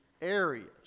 areas